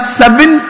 seven